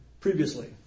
previously